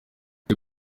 jay